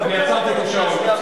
עצרתי את השעון.